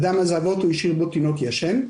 אדם עזב את האוטו והשאיר בו תינוק ישן,